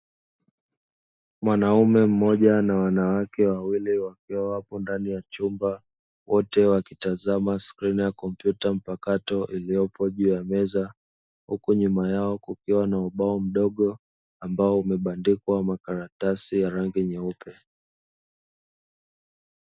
Mwanaume mmoja na wanawake wawili wakiwa wapo ndani ya chumba; wote wakitazama skrini ya komputa mpakato iliyopo juu ya meza, huku nyuma yao kukiwa na ubao mdogo ambao umebandikwa makaratasi ya rangi nyeupe.